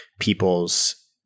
people's